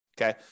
okay